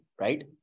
right